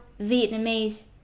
Vietnamese